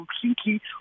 completely